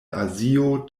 azio